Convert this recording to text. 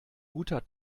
guter